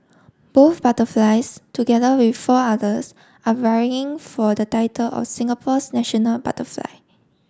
both butterflies together with four others are vying for the title of Singapore's national butterfly